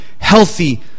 healthy